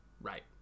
Right